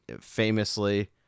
famously